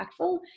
impactful